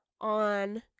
on